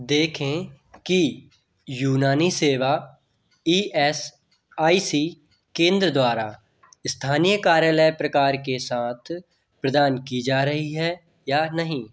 देखें कि यूनानी सेवा ई एस आई सी केंद्र द्वारा स्थानीय कार्यालय प्रकार के साथ प्रदान की जा रही है या नहीं